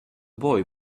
boy